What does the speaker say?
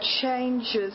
changes